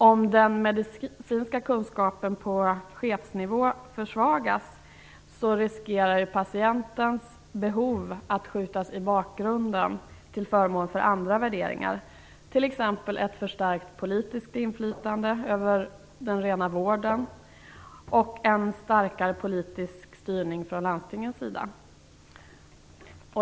Om den medicinska kunskapen på chefsnivå försvagas riskerar patientens behov att skjutas i bakgrunden till förmån för andra värderingar, t.ex. ett förstärkt politiskt inflytande över den rena vården och en starkare politisk styrning från landstingens sida.